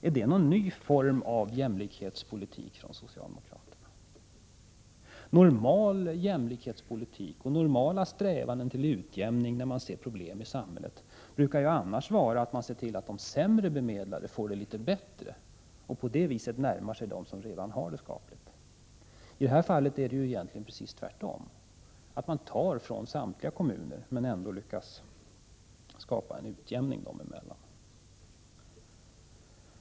Är det någon ny form av jämlikhetspolitik från socialdemokraternas sida? När man ser problem ute i samhället brukar det annars vara normal jämlikhetspolitik och normala strävanden att de sämre bemedlade får det litet bättre. På det viset närmar man sig dem som har det skapligt. I det här fallet är det egentligen precis tvärtom. Man tar från samtliga kommuner, men ändå lyckas man skapa en utjämning dem emellan.